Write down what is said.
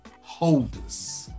holders